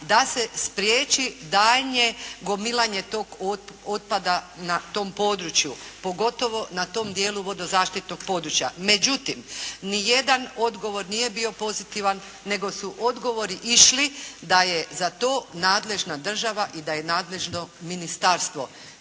da se spriječi daljnje gomilanje tog otpada na tom području, pogotovo na tom dijelu vodozaštitnog područja. Međutim, nijedan odgovor nije bio pozitivan nego su odgovori išli da je za to nadležna država i da je nadležno ministarstvo.